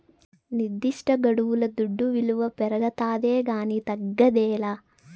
నిర్దిష్టగడువుల దుడ్డు విలువ పెరగతాదే కానీ తగ్గదేలా